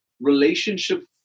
relationship